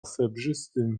srebrzystym